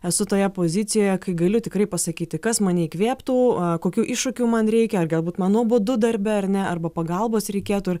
esu toje pozicijoje kai galiu tikrai pasakyti kas mane įkvėptų kokių iššūkių man reikia ar galbūt man nuobodu darbe ar ne arba pagalbos reikėtų ar